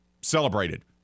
celebrated